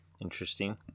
Interesting